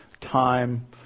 time